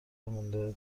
مونده